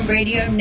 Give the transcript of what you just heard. Radio